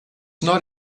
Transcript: not